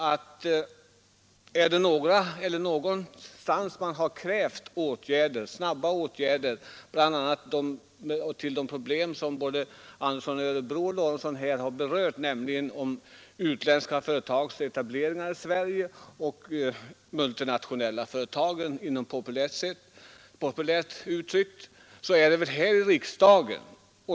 Det är ju här i riksdagen man har krävt snabba åtgärder för att lösa de problem som både herr Andersson i Örebro och herr Lorentzon berörde, nämligen problemen med utländska företags etableringar i Sverige och, populärt uttryckt, de multinationella företagen.